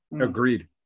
Agreed